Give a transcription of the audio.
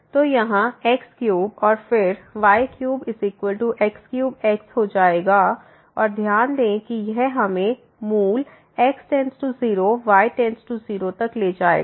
तो यहाँ x3और फिर y3x3x हो जाएगा और ध्यान दें कि यह हमें मूल x→0 y→0 तक ले जाएगा